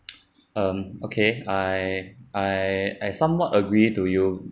um okay I I I somewhat agree to you